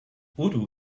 urdu